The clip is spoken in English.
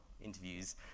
interviews